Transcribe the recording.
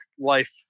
life